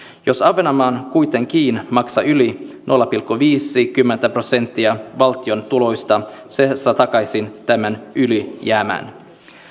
jos ahvenanmaa kuitenkin maksaa yli nolla pilkku viisikymmentä prosenttia valtion tuloista se saa takaisin tämän ylijäämän